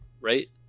right